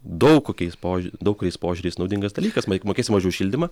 daug kokiais pož daug kuriais požiūriais naudingas dalykas mak mokėsim mažiau už šildymą